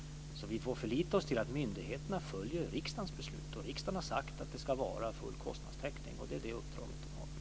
Vi får förlita oss till att myndigheterna följer riksdagens beslut, och riksdagen har sagt att det ska vara full kostnadstäckning. Det är det uppdraget de har.